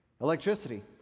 electricity